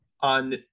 on